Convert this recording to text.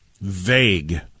vague